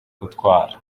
gutwara